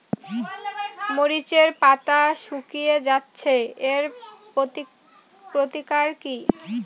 মরিচের পাতা শুকিয়ে যাচ্ছে এর প্রতিকার কি?